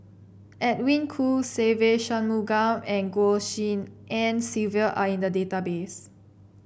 Edwin Koo Se Ve Shanmugam and Goh Tshin En Sylvia are in the database